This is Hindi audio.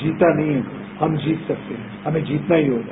जीता नहीं है हम जीत सकते हैं हमने जीतना ही होगा